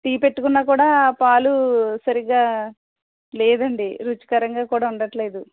tea పెట్టుకున్న కూడా పాలు సరిగా లేదండి రుచికరంగా కూడా ఉండట్లేదు